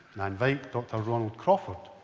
now i invite dr ronald crawford,